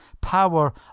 power